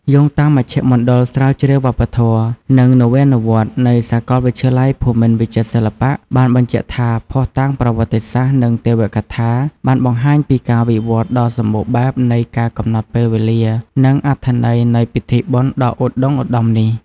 យោងតាមមជ្ឈមណ្ឌលស្រាវជ្រាវវប្បធម៌ និងនវានុវត្តន៍នៃសាកលវិទ្យាល័យភូមិន្ទវិចិត្រសិល្បៈ បានបញ្ជាក់ថា ភស្តុតាងប្រវត្តិសាស្ត្រ និងទេវកថាបានបង្ហាញពីការវិវត្តន៍ដ៏សម្បូរបែបនៃការកំណត់ពេលវេលា និងអត្ថន័យនៃពិធីបុណ្យដ៏ឧត្តុង្គឧត្តមនេះ។